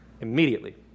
immediately